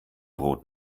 brot